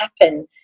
happen